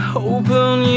Hoping